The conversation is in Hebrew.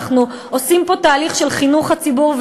אנחנו עושים פה תהליך של חינוך הציבור,